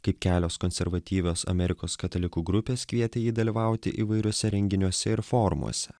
kaip kelios konservatyvios amerikos katalikų grupės kvietė jį dalyvauti įvairiuose renginiuose ir forumuose